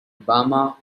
obama